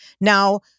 Now